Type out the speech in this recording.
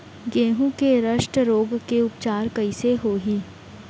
गेहूँ के रस्ट रोग के उपचार कइसे होही?